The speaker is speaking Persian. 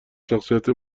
شخصیت